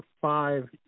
five